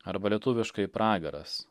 arba lietuviškai pragaras